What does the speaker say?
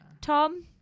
Tom